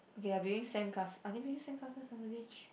okay they are building sandcas~ are they building sandcastles on the beach